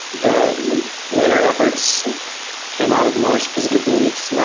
the later efforts came out of more specific needs,